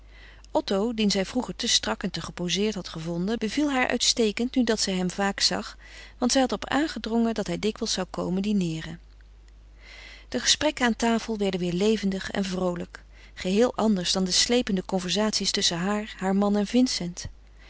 otto dien zij vroeger te strak en te gepozeerd had gevonden beviel haar uitstekend nu dat zij hem vaak zag want zij had er op aangedrongen dat hij dikwijls zou komen dineeren de gesprekken aan tafel werden weder levendig en vroolijk geheel anders dan de slepende conversaties tusschen haar haar man en vincent